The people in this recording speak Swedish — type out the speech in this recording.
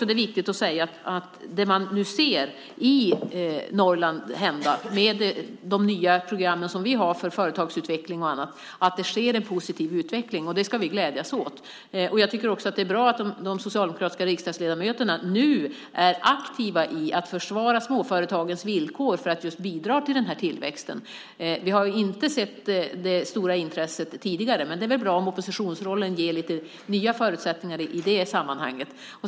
Det är viktigt att säga att det vi ser hända i Norrland med de nya programmen för företagsutveckling är en positiv utveckling. Det ska vi glädjas åt. Det är bra att de socialdemokratiska riksdagsledamöterna nu är aktiva i att försvara småföretagens villkor för att bidra till tillväxten. Vi har inte sett det stora intresset tidigare, men det är väl bra om oppositionsrollen ger lite nya förutsättningar i det sammanhanget.